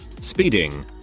speeding